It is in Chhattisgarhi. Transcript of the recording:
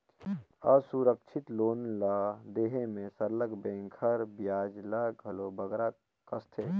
असुरक्छित लोन ल देहे में सरलग बेंक हर बियाज ल घलो बगरा कसथे